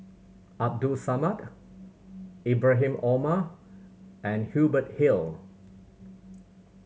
Abdul Samad Ibrahim Omar and Hubert Hill